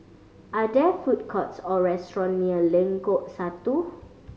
are there food courts or restaurant near Lengkok Satu